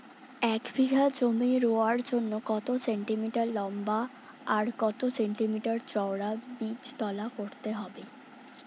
এক বিঘা জমি রোয়ার জন্য কত সেন্টিমিটার লম্বা আর কত সেন্টিমিটার চওড়া বীজতলা করতে হবে?